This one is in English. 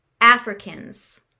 Africans